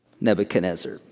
Nebuchadnezzar